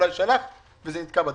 אולי הוא שלח וזה נתקע בדרך.